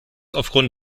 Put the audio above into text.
aufgrund